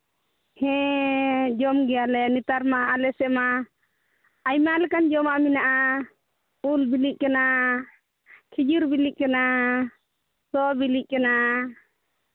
ᱦᱮᱸ ᱡᱚᱢ ᱜᱮᱭᱟᱞᱮ ᱱᱮᱛᱟᱨ ᱢᱟ ᱟᱞᱮ ᱥᱮᱫ ᱢᱟ ᱟᱭᱢᱟ ᱞᱮᱠᱟᱱ ᱡᱚᱢᱟᱜ ᱢᱮᱱᱟᱜᱼᱟ ᱩᱞ ᱵᱤᱞᱤᱜ ᱠᱟᱱᱟ ᱠᱷᱤᱡᱩᱨ ᱵᱤᱞᱤᱜ ᱠᱟᱱᱟ ᱥᱚ ᱵᱤᱞᱤᱜ ᱠᱟᱱᱟ